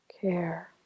care